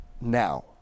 now